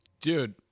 Dude